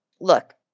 Look